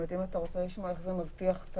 אם אתה רוצה לשמוע איך זה מבטיח את